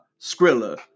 Skrilla